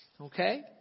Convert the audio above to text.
Okay